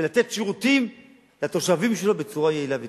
ולתת שירותים לתושבים שלו בצורה יעילה ותקינה.